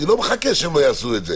אני לא מחכה שהם לא יעשו את זה